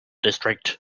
district